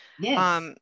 Yes